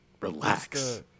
Relax